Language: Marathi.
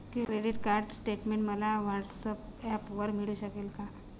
क्रेडिट कार्ड स्टेटमेंट मला व्हॉट्सऍपवर मिळू शकेल का?